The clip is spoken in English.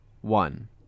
one